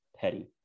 petty